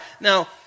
Now